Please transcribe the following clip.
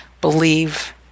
believe